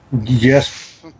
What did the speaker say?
Yes